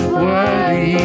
Worthy